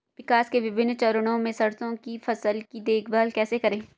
विकास के विभिन्न चरणों में सरसों की फसल की देखभाल कैसे करें?